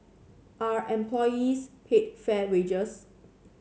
are employees paid fair wages